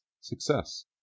success